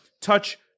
touch